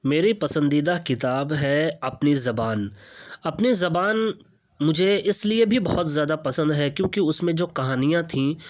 میری پسندیدہ کتاب ہے اپنی زبان اپنی زبان مجھے اس لیے بھی بہت زیادہ پسند ہے کیونکہ اس میں جو کہانیاں تھیں